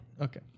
Okay